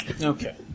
Okay